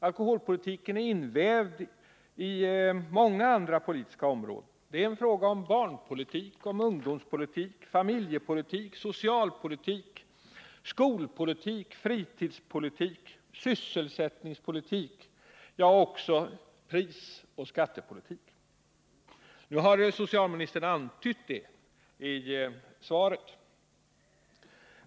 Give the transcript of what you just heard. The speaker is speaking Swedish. Alkoholpolitiken är invävd i många andra politiska områden. Det är fråga om barnpolitik, ungdomspolitik, familjepolitik, socialpolitik, skolpolitik, fritidspolitik, sysselsättningspolitik, ja även prisoch skattepolitik. Nu har socialministern antytt detta i svaret.